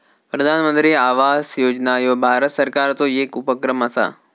प्रधानमंत्री आवास योजना ह्यो भारत सरकारचो येक उपक्रम असा